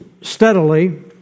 steadily